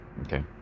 Okay